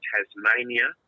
Tasmania